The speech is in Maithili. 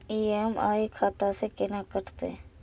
ई.एम.आई खाता से केना कटते?